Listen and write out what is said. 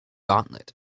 gauntlet